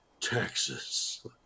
Texas